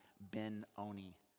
Ben-Oni